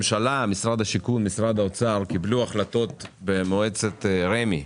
משרד השיכון ומשרד האוצר קיבלו החלטות במועצת רמ"י,